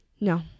No